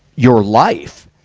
your life.